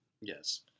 Yes